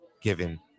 given